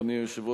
אדוני היושב-ראש,